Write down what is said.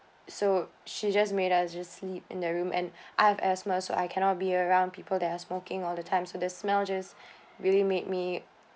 so she just made us just sleep in the room and I have asthma so I cannot be around people that are smoking all the time so the smell just really made me